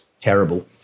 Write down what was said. terrible